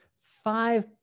five